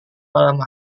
malam